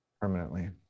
Permanently